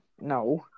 No